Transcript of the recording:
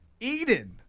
Eden